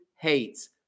hates